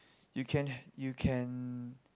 you can you can